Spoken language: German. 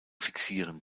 fixieren